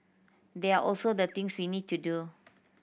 these are also the things we need to do